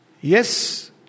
Yes